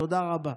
תודה רבה.